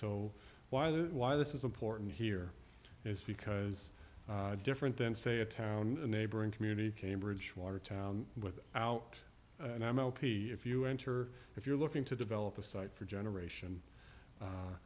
so why why this is important here is because different than say a town neighboring community cambridge watertown with out and i'm healthy if you enter if you're looking to develop a site for generation